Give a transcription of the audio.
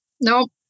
Nope